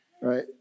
right